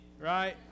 Right